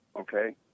okay